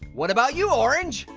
what about you, orange?